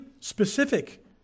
specific